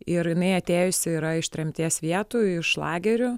ir jinai atėjusi yra iš tremties vietų iš lagerių